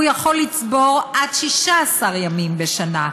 הוא יכול לצבור עד 16 ימים בשנה.